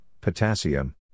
potassium